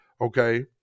Okay